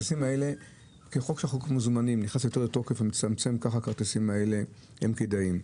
ככל שחוק מזומנים נכנס יותר לתוקף כך הכרטיסים האלה כדאיים.